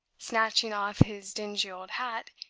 snatching off his dingy old hat,